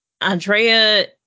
Andrea